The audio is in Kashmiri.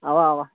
اَوا اَوا